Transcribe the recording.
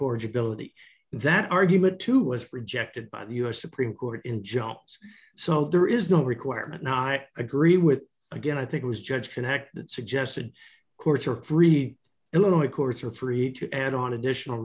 corage ability that argument too was rejected by the us supreme court in jumps so there is no requirement now i agree with again i think it was judge connect that suggested courts are free illinois courts are free to add on additional